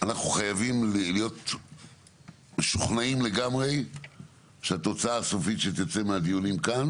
אנחנו חייבים להיות משוכנעים לגמרי שהתוצאה הסופית שתצא מהדיונים כאן